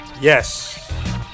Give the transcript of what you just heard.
Yes